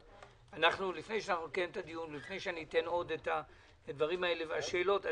לפני שניתן את השאלות ונקיים את הדיון,